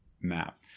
map